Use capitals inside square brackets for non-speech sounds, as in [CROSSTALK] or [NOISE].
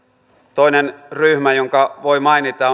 toinen ryhmä jonka voi mainita [UNINTELLIGIBLE]